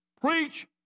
Preach